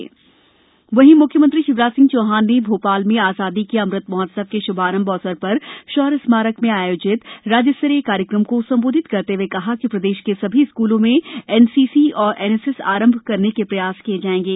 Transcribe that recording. अमृत महोत्सव प्रदेश वहींम्ख्यमंत्री शिवराज सिंह चौहान ने भोपाल में आजादी के अमृत महोत्सव के श्भारंभ अवसर पर शौर्य स्मारक आयोजित राज्य स्तरीय कार्यक्रम को संबोधित करते हुए कहा कि प्रदेश के सभी स्कूलों में एनसीसी और एनएसएस आरंभ करने के प्रयास किये जाएंगे